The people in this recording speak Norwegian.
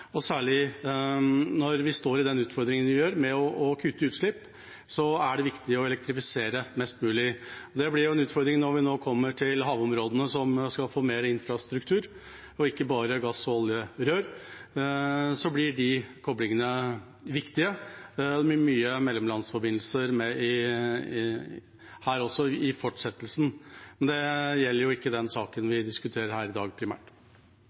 Særlig når vi står i den utfordringen vi gjør, med å kutte utslipp, er det viktig å elektrifisere mest mulig. Det blir en utfordring når vi nå kommer til havområdene, som skal få mer infrastruktur, og ikke bare gass og olje i rør. Da blir de koblingene viktige. Det blir mye mellomlandsforbindelser her også i fortsettelsen. Men det gjelder ikke den saken vi primært diskuterer her i dag.